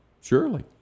Surely